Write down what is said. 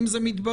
אם זה מתברר,